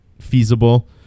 feasible